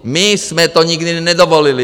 My jsme to nikdy nedovolili!